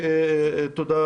הוועדה?